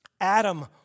Adam